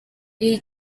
iyi